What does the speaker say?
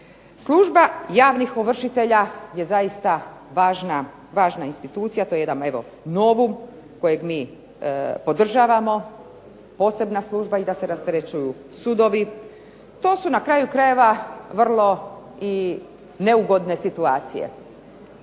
Služba javnih ovršitelja je zaista važna institucija. To je jedan evo novum kojeg mi podržavamo, posebna služba i da se rasterećuju sudovi. To su na kraju krajeva vrlo neugodne situacije.